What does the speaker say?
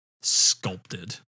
sculpted